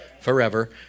Forever